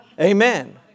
Amen